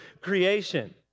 creation